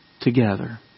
together